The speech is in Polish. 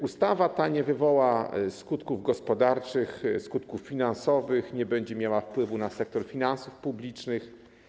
Ustawa ta nie wywoła skutków gospodarczych, skutków finansowych i nie będzie miała wpływu na sektor finansów publicznych.